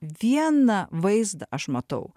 vieną vaizdą aš matau